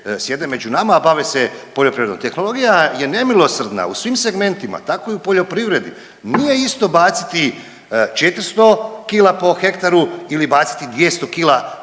sjede među nama, a bave se poljoprivredom. Tehnologija je nemilosrdna u svim segmentima tako i u poljoprivredi. Nije isto baciti 400 kg po hektaru ili baciti 200 kg